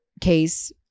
case